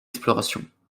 explorations